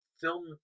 film